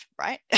right